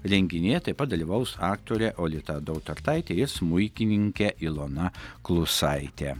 renginyje taip pat dalyvaus aktorė olita dautartaitė ir smuikininkė ilona klusaitė